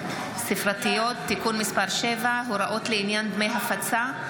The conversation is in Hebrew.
ספרתיות (תיקון מס' 7) (הוראות לעניין דמי הפצה),